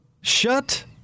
Shut